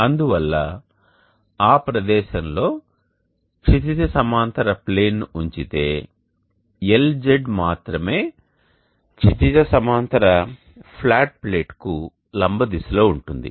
అందువల్ల ఆ ప్రదేశంలో క్షితిజ సమాంతర ప్లేన్ ఉంచితే LZ మాత్రమే క్షితిజ సమాంతర ఫ్లాట్ ప్లేట్కు లంబ దిశలో ఉంటుంది